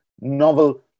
novel